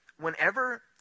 whenever